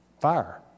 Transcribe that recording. fire